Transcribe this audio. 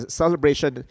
celebration